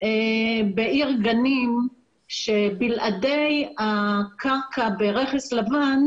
בעיר גנים שבלעדי הקרקע ברכס לבן,